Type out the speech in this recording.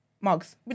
Mugs